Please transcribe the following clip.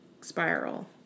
spiral